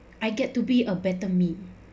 I get to be a better me